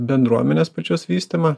bendruomenės pačios vystymą